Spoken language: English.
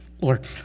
Lord